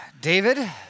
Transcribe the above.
David